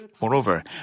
Moreover